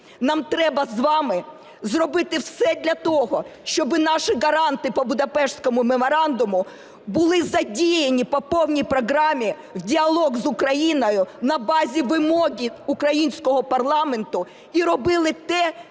Нам треба з вами зробити все для того, щоб наші гаранти по Будапештському меморандуму були задіяні по повній програмі в діалог з Україною на базі вимоги українського парламенту, і робили те,